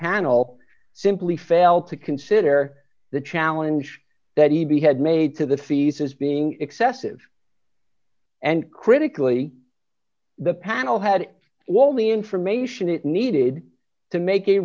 panel simply failed to consider the challenge that he had made to the fees as being excessive and critically the panel had all the information it needed to make a